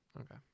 Okay